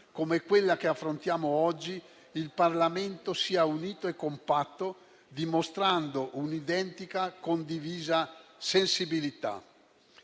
come quella che affrontiamo oggi, il Parlamento sia unito e compatto, dimostrando un'identica condivisa sensibilità.